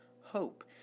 hope